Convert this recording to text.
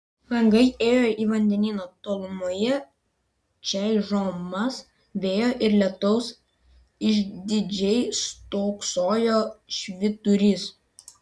langai ėjo į vandenyną tolumoje čaižomas vėjo ir lietaus išdidžiai stūksojo švyturys